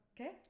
okay